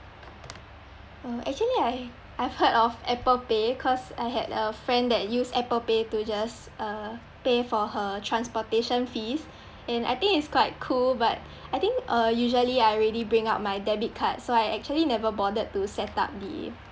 uh actually I I've heard of apple pay cause I had a friend that used apple pay to just uh pay for her transportation fees and I think it's quite cool but I think uh usually I already bring out my debit card so I actually never bothered to setup the